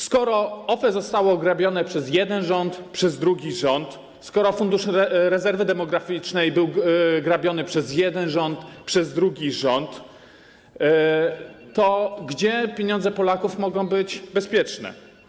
Skoro OFE zostało ograbione przez jeden rząd, przez drugi rząd, skoro Fundusz Rezerwy Demograficznej był grabiony przez jeden rząd, przez drugi rząd, to gdzie pieniądze Polaków mogą być bezpieczne?